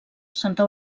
santa